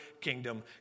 kingdom